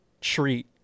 treat